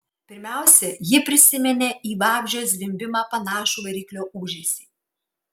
pirmiausia ji prisiminė į vabzdžio zvimbimą panašų variklio ūžesį